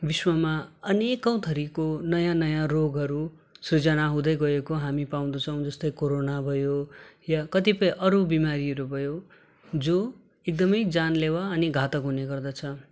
विश्वमा अनेकोँ थरीको नयाँ नयाँ रोगहरू सृजना हुँदै गएको हामी पाउँदछौँ जस्तो कोरोना भयो या कतिपय अरू बिमारीहरू भयो जो एकदमै जानलेवा अनि घातक हुने गर्दछ